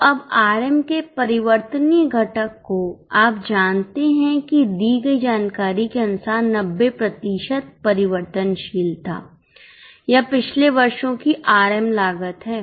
तो अब आरएम के परिवर्तनीय घटक को आप जानते हैं कि दी गई जानकारी के अनुसार 90 प्रतिशत परिवर्तनशील था यह पिछले वर्षों की आरएम लागत है